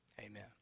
amen